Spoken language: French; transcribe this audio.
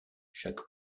chaque